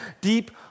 deep